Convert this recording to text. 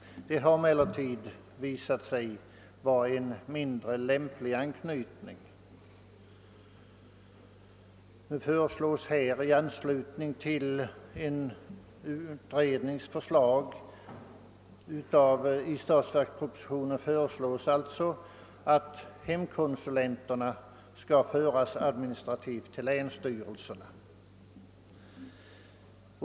Det har emellertid visat sig vara en mindre lämplig anknytning. I statsverkspropositionen föreslås i anslutning till ett utredningsförslag att hemkonsulenterna skall föras administrativt till länsstyrelserna.